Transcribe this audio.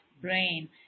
brain